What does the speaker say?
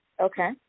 okay